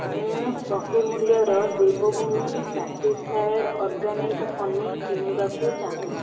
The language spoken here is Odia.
ମୁଁ ଶହେ ମୂଲ୍ୟର Dev Bhumi certified organic honey କିଣିବାକୁ ଚାହୁଁଛି